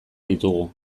ditugu